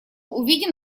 увидим